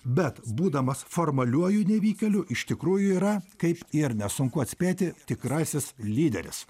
bet būdamas formaliuoju nevykėliu iš tikrųjų yra kaip ir nesunku atspėti tikrasis lyderis